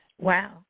Wow